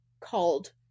called